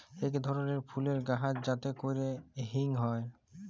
ইক ধরলের ফুলের গাহাচ যাতে ক্যরে হিং হ্যয়